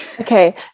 Okay